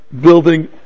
building